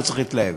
לא צריך להתלהב.